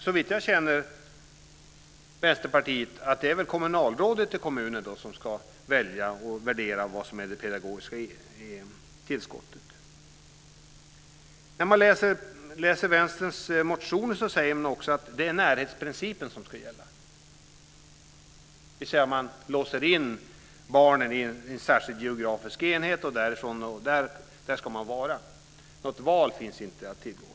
Såvitt jag känner Vänsterpartiet är det väl kommunalrådet i kommunen som ska värdera det pedagogiska tillskottet. I Vänsterns motion säger man att närhetsprincipen ska gälla, dvs. man låser in barnen i en särskild geografisk enhet. Där ska de vara. Något val finns inte att tillgå.